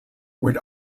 went